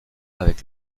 avec